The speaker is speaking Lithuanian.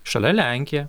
šalia lenkija